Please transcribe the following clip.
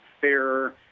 fair